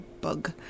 bug